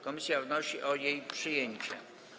Komisja wnosi o jej przyjęcie.